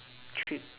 trip